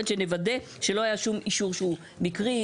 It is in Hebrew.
שנוודא שלא היה שום אישור שהוא מקרי,